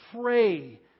pray